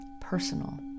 personal